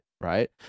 right